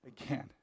again